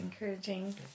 encouraging